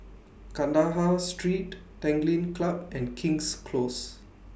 Kandahar Street Tanglin Club and King's Close